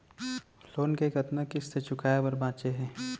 Loan के कतना किस्ती चुकाए बर बांचे हे?